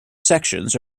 sections